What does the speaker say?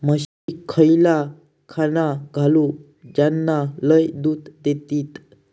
म्हशीक खयला खाणा घालू ज्याना लय दूध देतीत?